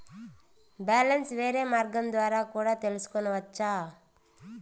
Balance వేరే మార్గం ద్వారా కూడా తెలుసుకొనొచ్చా?